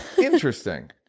interesting